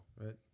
Right